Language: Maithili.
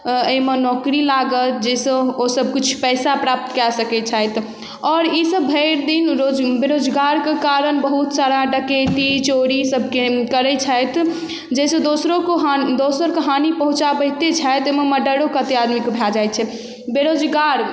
एहिमे नौकरी लागत जाहिसँ ओ सभकिछु पइसा प्राप्त कए सकै छथि आओर ई सभ भरि दिन रोज बेरोजगारके कारण बहुत सारा डकैती चोरी सभके करै छथि जाहिसँ दोसरोके दोसरोके हानि पहुँचाबैते छथि एहिमे मर्डरो कते आदमीके भऽ जाइ छै बेरोजगारी